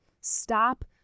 Stop